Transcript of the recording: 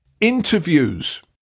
interviews